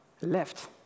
left